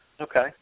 Okay